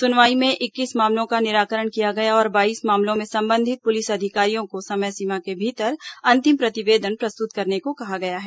सुनवाई में इक्कीस मामलों का निराकरण किया गया और बाईस मामलों में संबंधित पुलिस अधिकारियों को समय सीमा के भीतर अंतिम प्रतिवेदन प्रस्तुत करने को कहा गया है